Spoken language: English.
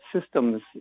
systems